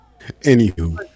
Anywho